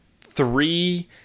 three